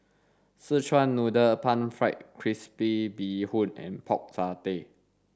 szechuan noodle pan fried crispy bee hoon and pork satay